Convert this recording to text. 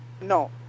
No